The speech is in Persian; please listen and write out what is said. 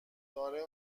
داره